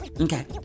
Okay